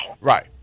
Right